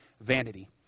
Vanity